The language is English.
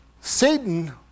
Satan